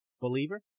believer